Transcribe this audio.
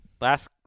Last